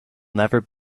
never